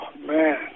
man